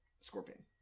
scorpion